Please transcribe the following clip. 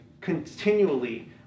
continually